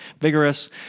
vigorous